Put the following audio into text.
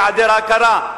בהיעדר הכרה?